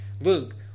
Luke